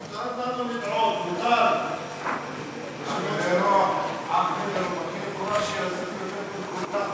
בגלל הטעות בקריאת שמך תקבל שלוש דקות שלמות.